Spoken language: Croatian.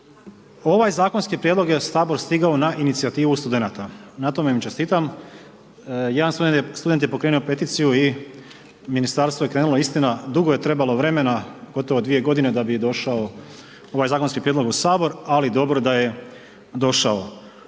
ovaj zakonski prijedlog je u Sabor stigao na inicijativu studenata. Na tome im čestitam. Jedan student je pokrenuo peticiju i Ministarstvo je krenulo, istina dugo je trebalo vremena gotovo dvije godine da bi došao ovaj zakonski prijedlog u Sabor, ali dobro da je došao.